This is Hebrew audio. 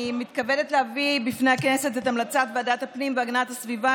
אני מתכבדת להביא בפני הכנסת את המלצת ועדת הפנים והגנת הסביבה